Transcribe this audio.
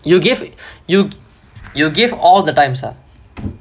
you give you you give all the time so